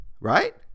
Right